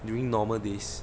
during normal days